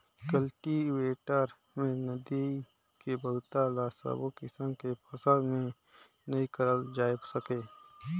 cultivator में निंदई के बूता ल सबो किसम के फसल में नइ करल जाए सके